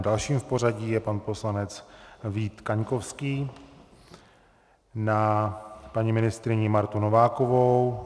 Dalším v pořadí je pan poslanec Vít Kaňkovský na paní ministryni Martu Novákovou.